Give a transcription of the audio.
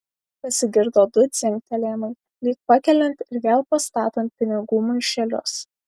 pasigirdo du dzingtelėjimai lyg pakeliant ir vėl pastatant pinigų maišelius